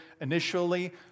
initially